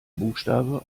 buchstabe